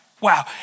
Wow